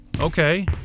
Okay